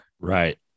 Right